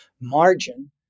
margin